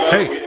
Hey